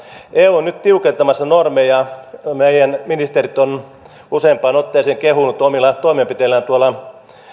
eu on nyt tiukentamassa normeja meidän ministerit ovat useampaan otteeseen kehuneet omilla toimenpiteillään tuolla